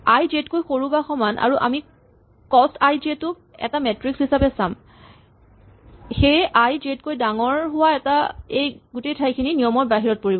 আই j তকৈ সৰু বা সমান আৰু আমি কস্ত আই জে ক এটা মেট্ৰিক্স হিচাপে চাম সেয়ে আই জে তকৈ ডাঙৰ হোৱা এই গোটেই ঠাইখিনি নিয়মৰ বাহিৰত পৰিব